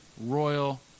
royal